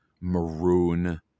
maroon